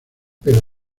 pero